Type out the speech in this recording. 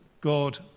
God